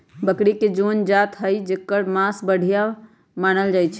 बकरी के कोन जात हई जेकर मास बढ़िया मानल जाई छई?